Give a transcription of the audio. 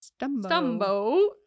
Stumbo